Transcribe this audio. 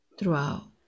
throughout